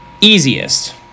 easiest